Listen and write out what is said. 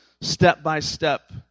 step-by-step